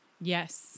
Yes